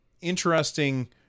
interesting